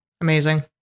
Amazing